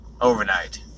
Overnight